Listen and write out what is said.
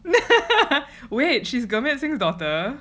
wait she's gurmit singh's daughter